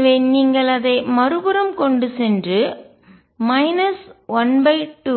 எனவே நீங்கள் அதை மறுபுறம் கொண்டு சென்று 12ull12x2u